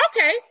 okay